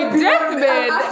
deathbed